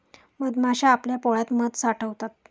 मधमाश्या आपल्या पोळ्यात मध साठवतात